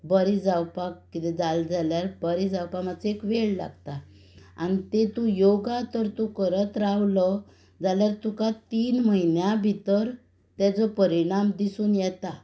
बरी जावपाक किदें जाल जाल्यार बरी जावपाक मातसो एक वेळ लागता आन तेतू योगा तर तूं करत रावलो जाल्यार तुका तीन म्हयन्या भितर ताजो परिणाम दिसून येता